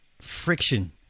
friction